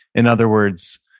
in other words,